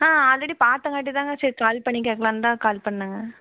already பார்த்தங்காட்டி தாங்க சரி கால் பண்ணி கேட்கலான் தான் கால் பண்ணிணேங்க